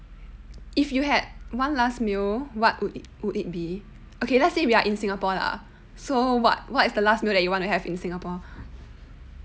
if you had one last meal what would it would it be okay let's say we are in singapore lah so what what's the last meal that you want to have in singapore